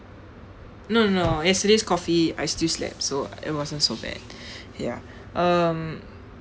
no no yesterday's coffee I still slept so it wasn't so bad ya um